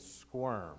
squirm